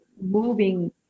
moving